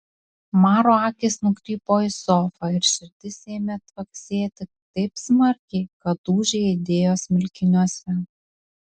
maro akys nukrypo į sofą ir širdis ėmė tvaksėti taip smarkiai kad dūžiai aidėjo smilkiniuose